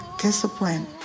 discipline